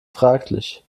fraglich